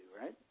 right